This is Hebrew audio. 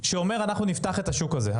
שאומרת שנפתח את השוק הזה,